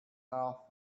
off